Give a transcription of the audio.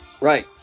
Right